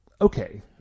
Okay